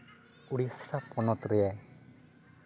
ᱩᱲᱤᱥᱥᱟ ᱯᱚᱱᱚᱛᱨᱮ